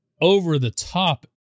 over-the-top